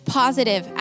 positive